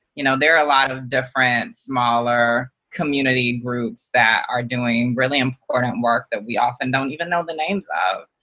you know there are a lot of different, smaller community groups that are doing really important work that we often don't even know the names of.